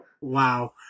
Wow